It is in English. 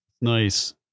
nice